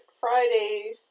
Friday